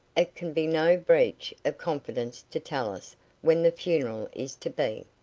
it can be no breach of confidence to tell us when the funeral is to be?